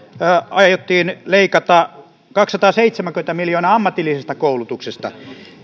aiottiin leikata kaksisataaseitsemänkymmentä miljoonaa ammatillisesta koulutuksesta